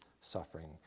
suffering